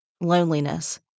loneliness